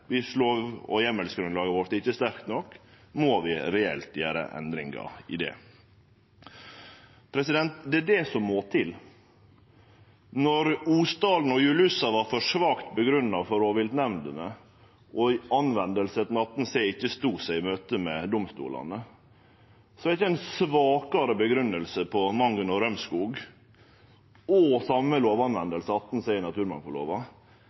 vi er i, på alvor. Bestandsmålet må gjelde. Dersom lov- og heimelsgrunnlaget vårt ikkje er sterkt nok, må vi reelt gjere endringar i det. Det er det som må til. Når Osdalen og Julussa var for svakt grunngjeve for rovviltnemndene og bruken av § 18 c ikkje stod seg i møte med domstolane, er ikkje ei svakare grunngjeving for Mangen og Rømskog og